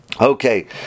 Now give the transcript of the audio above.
Okay